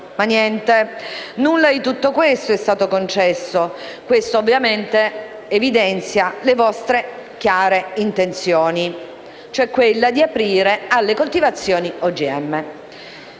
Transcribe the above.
Ma niente. Nulla di tutto questo è stato concesso. Questo, ovviamente, evidenzia la vostra chiara intenzione, quella di aprire alle coltivazioni OGM.